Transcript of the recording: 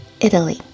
Italy